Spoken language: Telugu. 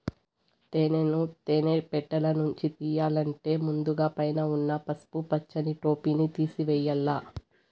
తేనెను తేనె పెట్టలనుంచి తియ్యల్లంటే ముందుగ పైన ఉన్న పసుపు పచ్చని టోపిని తేసివేయల్ల